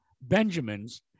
Benjamins